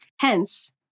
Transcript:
Hence